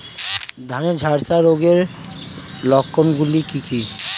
ধানের ঝলসা রোগের লক্ষণগুলি কি কি?